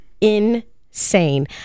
insane